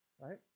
Right